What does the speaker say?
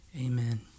Amen